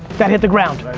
that hit the ground.